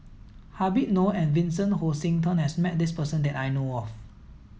Habib Noh and Vincent Hoisington has met this person that I know of